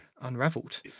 unraveled